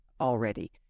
already